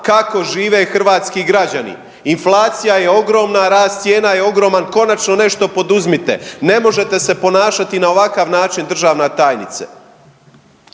kako žive hrvatski građani. Inflacija je ogromna, rast cijena je ogroman konačno nešto poduzmite. Ne možete se ponašati na ovakav način državna tajnice.